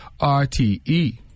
RTE